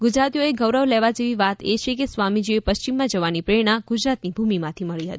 ગુજરાતીઓએ ગૌરવ લેવા જેવી વાત એ છે કે સ્વામીજીને પશ્ચિમમાં જવાની પ્રેરણા ગુજરાતની ભૂમિમાંથી મળી હતી